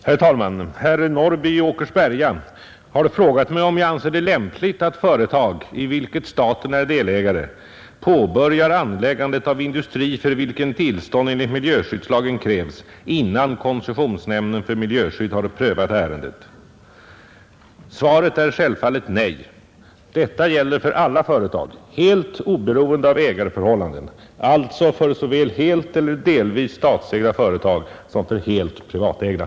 Herr talman! Herr Norrby i Åkersberga har frågat mig om jag anser det lämpligt att företag, i vilket staten är delägare, påbörjar anläggandet av industri, för vilken tillstånd enligt miljöskyddslagen krävs, innan koncessionsnämnden för miljöskydd har prövat ärendet. Svaret är självfallet nej. Detta gäller för alla företag, helt oberoende av ägareförhållandena, alltså för såväl helt eller delvis statsägda företag som för helt privatägda.